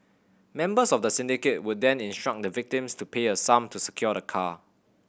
members of the syndicate would then instruct the victims to pay a sum to secure the car